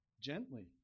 gently